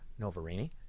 Novarini